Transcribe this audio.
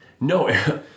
No